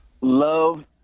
Love